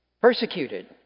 Persecuted